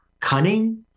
cunning